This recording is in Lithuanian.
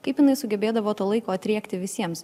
kaip jinai sugebėdavo to laiko atriekti visiems